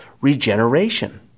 regeneration